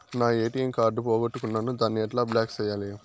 నా ATM card పోగొట్టుకున్నాను, దాన్ని ఎట్లా బ్లాక్ సేయాలి?